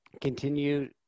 continue